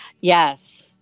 Yes